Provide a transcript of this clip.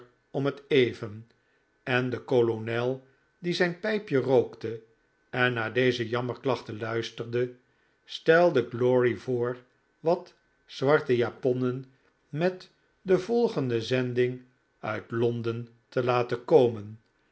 om het even en de kolonel die zijn pijpje rookte en naar deze jammerklachten luisterde stelde glory voor wat zwarte japonnen met de volgende zending uit londen te laten komen